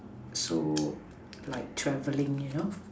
so like travelling you know